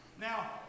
Now